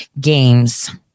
games